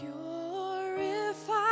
purified